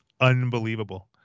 unbelievable